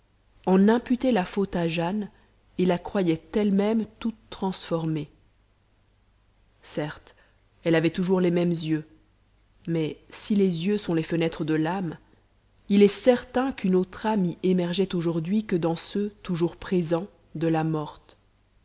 en imputait la faute à jane et la croyait elle-même toute transformée certes elle avait toujours les mêmes yeux mais si les yeux sont les fenêtres de l'âme il est certain qu'une autre âme y émergeait aujourd'hui que dans ceux toujours présents de la morte